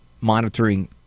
monitoring